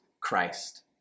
Christ